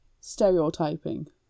stereotyping